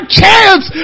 chance